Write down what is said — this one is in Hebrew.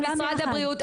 אתם כמשרד הבריאות.